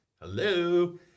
hello